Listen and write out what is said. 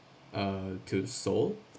uh to seoul